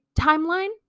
timeline